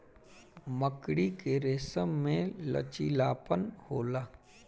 मकड़ी के रेसम में लचीलापन होला